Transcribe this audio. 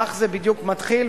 כך זה בדיוק מתחיל,